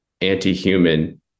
anti-human